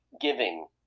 giving